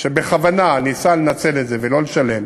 על שבכוונה ניסה לנצל את זה ולא לשלם,